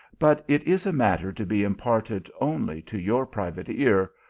but it is a matter to be imparted only to your private ear,